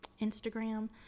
Instagram